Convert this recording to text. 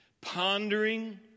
pondering